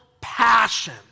passion